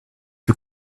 you